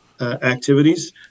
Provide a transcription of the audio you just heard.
activities